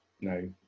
no